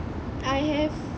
I have